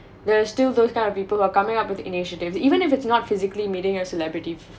there are still those kind of people who are coming up with initiatives even if it's not physically meeting your celebrity